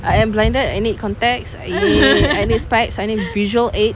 I am blinded I need contacts I need I need specs I need visual aids